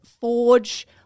forge